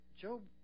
Job